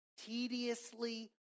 tediously